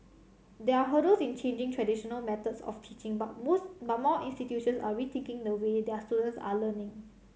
there are hurdles in changing traditional methods of teaching but most but more institutions are rethinking the way their students are learning